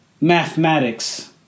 mathematics